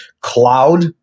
cloud